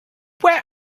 where